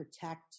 protect